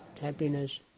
happiness